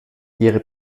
ihre